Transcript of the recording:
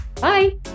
Bye